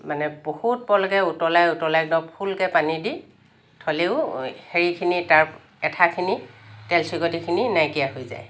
মানে বহুত পৰলৈকে উতলাই উতলাই বা ফুলকৈ পানী দি থলেও সেইখিনি তাৰ আঠাখিনি তেলচিকটিখিনি নাইকিয়া হৈ যায়